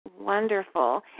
Wonderful